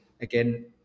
again